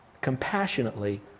compassionately